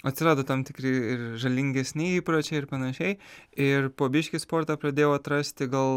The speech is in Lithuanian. atsirado tam tikri ir žalingesni įpročiai ir panašiai ir po biškį sportą pradėjau atrasti gal